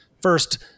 first